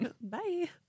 Bye